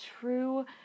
true